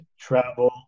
travel